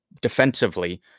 defensively